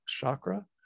chakra